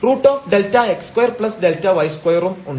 √Δx2Δy2 ഉം ഉണ്ട്